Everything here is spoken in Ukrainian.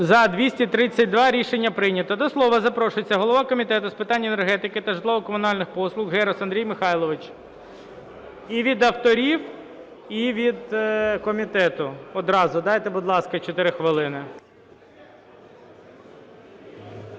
За-232 Рішення прийнято. До слова запрошується голова Комітету з питань енергетики та житлово-комунальних послуг Герус Андрій Михайлович. І від авторів, і від комітету одразу. Дайте, будь ласка, 4 хвилини.